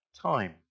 time